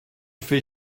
fait